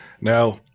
Now